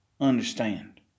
Understand